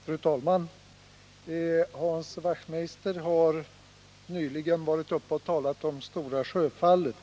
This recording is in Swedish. Fru talman! Hans Wachtmeister talade nyss om Stora Sjöfallet.